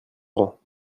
grand